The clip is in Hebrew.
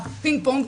הפינג-פונג,